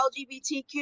LGBTQ